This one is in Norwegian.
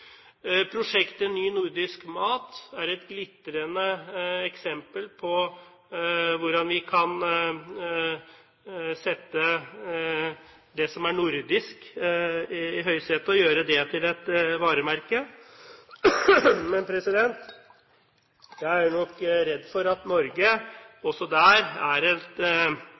Prosjektet «Ny nordisk mat» er et glitrende eksempel på hvordan vi kan sette det som er nordisk, i høysetet og gjøre det til et varemerke. Men jeg er nok redd for at Norge også der